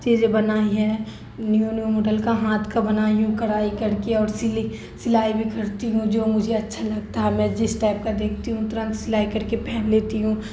چیزیں بنائی ہیں نیو نیو ماڈل کا ہاتھ کا بنائی ہوں کڑھائی کر کے اور سل سلائی بھی کرتی ہوں جو مجھے اچھا لگتا ہے میں جس ٹائپ کا دیکھتی ہوں ترنت سلائی کر کے پہن لیتی ہوں